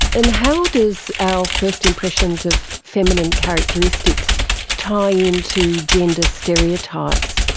and how does our first impressions of feminine characteristics tie in to gender stereotypes?